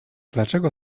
dlaczego